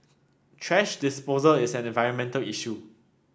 thrash disposal is an environmental issue